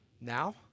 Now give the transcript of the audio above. Now